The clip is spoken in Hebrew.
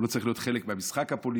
הוא לא צריך להיות חלק מהמשחק הפוליטי.